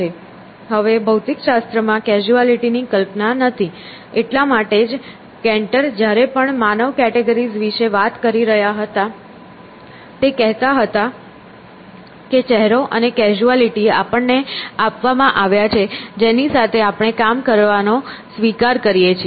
હવે ભૌતિકશાસ્ત્રમાં કેઝ્યુઆલિટી ની કલ્પના નથી એટલા માટે જ કેન્ટર જ્યારે પણ માનવ કેટેગરીઝ વિશે વાત કરી રહ્યા હતા તે કહેતા હતા કે ચહેરો અને કેઝ્યુઆલિટી આપણને આપવામાં આવ્યા છે જેની સાથે આપણે કામ કરવાનો સ્વીકાર કરીએ છીએ